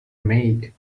maid